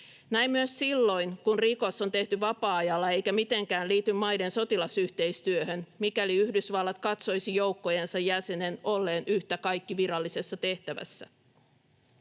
näin myös silloin, kun rikos on tehty vapaa-ajalla eikä mitenkään liity maiden sotilasyhteistyöhön, mikäli Yhdysvallat katsoisi joukkojensa jäsenen olleen yhtä kaikki virallisessa tehtävässä.